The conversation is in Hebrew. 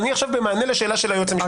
אני עכשיו במענה ליועץ המשפטי.